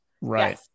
Right